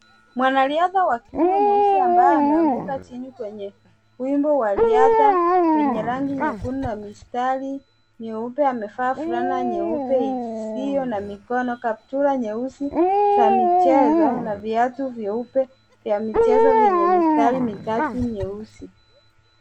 Mwanariadha wa kiume mweusi ambaye ameanguka chini kwenye wimbo wa riadha wenye rangi nyekundu na mistari nyeupe amevaa fulana nyeupe isiyo na mikono, kaptura nyeusi za michezo na viatu vyeupe vya michezo vyenye mistari mitatu nyeusi.